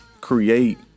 create